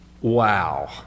Wow